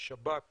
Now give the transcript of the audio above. השב"כ